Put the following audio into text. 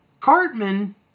Cartman